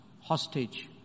hostage